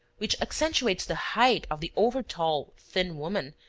which accentuates the height of the over-tall, thin woman,